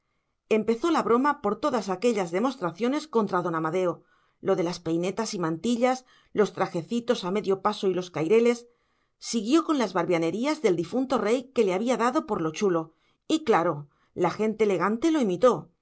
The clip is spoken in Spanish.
empezó la broma por todas aquellas demostraciones contra don amadeo lo de las peinetas y mantillas los trajecitos a medio paso y los caireles siguió con las barbianerías del difunto rey que le había dado por lo chulo y claro la gente elegante le imitó